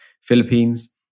Philippines